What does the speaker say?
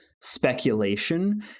speculation